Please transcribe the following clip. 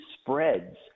spreads